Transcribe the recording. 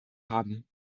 haben